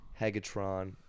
Hegatron